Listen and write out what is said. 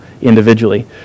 individually